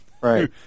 Right